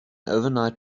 overnight